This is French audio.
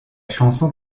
chanson